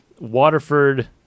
Waterford